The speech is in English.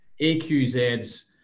AQZ's